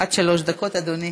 עד שלוש דקות, אדוני.